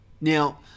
now